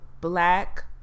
Black